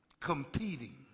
competing